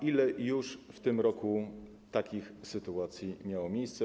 Ile już w tym roku takich sytuacji miało miejsce?